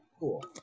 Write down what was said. cool